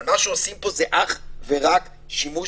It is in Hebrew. אבל מה שעושים פה זה אך ורק שימוש